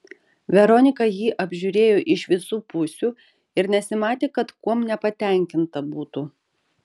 veronika jį apžiūrėjo iš visų pusių ir nesimatė kad kuom nepatenkinta būtų